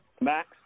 Max